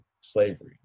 slavery